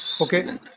Okay